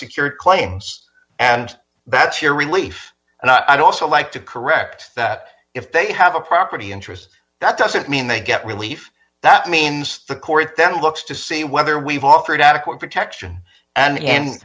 unsecured claims and that's your relief and i'd also like to correct that if they have a property interest that doesn't mean they get relief that means the court then looks to see whether we've offered adequate protection and a